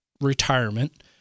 retirement